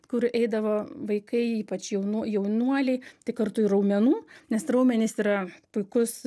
kur eidavo vaikai ypač jaunų jaunuoliai tai kartu ir raumenų nes raumenys yra puikus